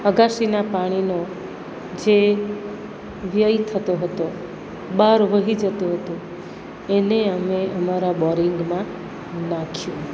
અગાસીના પાણીનો જે વ્યય થતો હતો બાર વહી જતું હતું એને અમે અમારા બોરિંગમાં નાખ્યું